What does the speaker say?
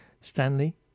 Stanley